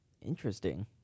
interesting